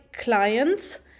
clients